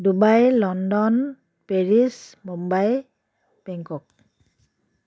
Dubai London Paris Mumbai Bangkok